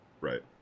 right